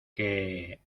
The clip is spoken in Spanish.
que